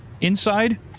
inside